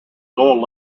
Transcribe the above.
gull